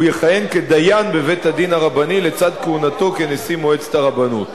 הוא יכהן כדיין בבית-הדין הרבני לצד כהונתו כנשיא מועצת הרבנות.